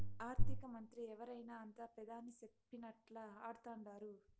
ఆర్థికమంత్రి ఎవరైనా అంతా పెదాని సెప్పినట్లా ఆడతండారు